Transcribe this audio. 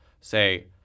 say